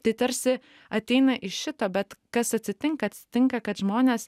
tai tarsi ateina iš šito bet kas atsitinka atsitinka kad žmonės